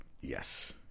Yes